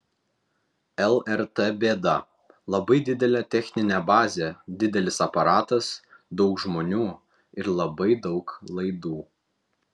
lrt bėda labai didelė techninė bazė didelis aparatas daug žmonių ir labai daug laidų